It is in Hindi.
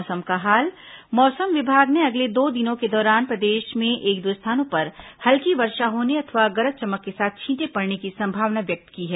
मौसम मौसम विभाग ने अगले दो दिनों के दौरान प्रदेश में एक दो स्थानों पर हल्की वर्षा होने अथवा गरज चमक के साथ छींटे पड़ने की संभावना व्यक्त की है